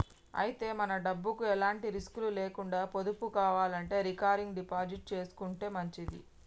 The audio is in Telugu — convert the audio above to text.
అయితే మన డబ్బుకు ఎలాంటి రిస్కులు లేకుండా పొదుపు కావాలంటే రికరింగ్ డిపాజిట్ చేసుకుంటే మంచిది